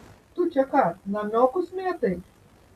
tu čia ką namiokus mėtai